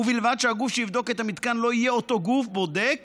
ובלבד שהגוף שיבדוק את המתקן לא יהיה אותו גוף בודק